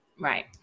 right